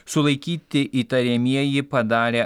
sulaikyti įtariamieji padarę